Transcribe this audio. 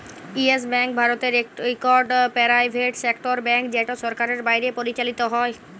yes bank ভারতের ইকট private sector bank যেট সরকারের বাইরে পরিচালিত হ্যয়